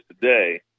today